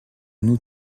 nous